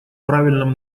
правильном